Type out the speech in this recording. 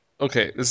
Okay